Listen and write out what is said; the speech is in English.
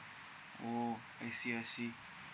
oh I see I see